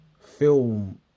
film